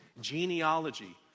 genealogy